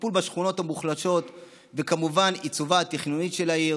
טיפול בשכונות המוחלשות וכמובן עיצובה התכנוני של העיר,